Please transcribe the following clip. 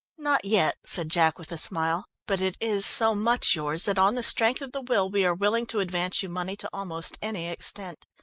not yet, said jack with a smile, but it is so much yours that on the strength of the will we are willing to advance you money to almost any extent.